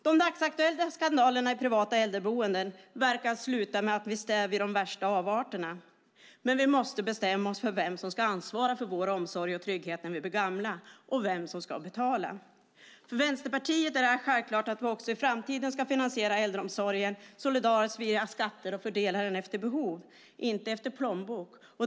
De dagsaktuella skandalerna i privata äldreboenden verkar sluta med att vi stävjar de värsta avarterna. Men vi måste bestämma oss för vem som ska ansvara för vår omsorg och trygghet när vi blir gamla och vem som ska betala. För Vänsterpartiet är det självklart att vi också i framtiden ska finansiera äldreomsorgen solidariskt via skatter och fördela den efter behov, inte efter plånbok.